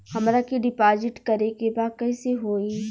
हमरा के डिपाजिट करे के बा कईसे होई?